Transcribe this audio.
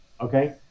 Okay